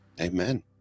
amen